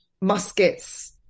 muskets